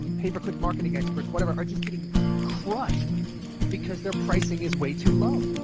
um paperclip marketing experts, whatever, are just getting crushed because their pricing is way too low.